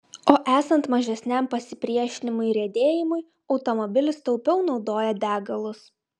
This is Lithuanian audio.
o esant mažesniam pasipriešinimui riedėjimui automobilis taupiau naudoja degalus